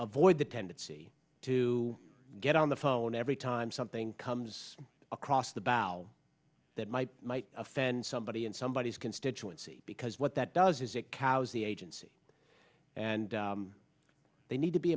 avoid the tendency to get on the phone every time something comes across the bow that might might offend somebody and somebody is constituency because what that does is it cows the agency and they need to be